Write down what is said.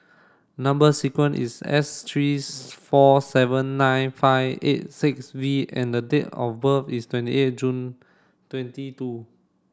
number sequence is S three four seven nine five eight six V and the date of birth is twenty eight June twenty two